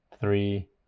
three